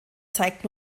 zeigt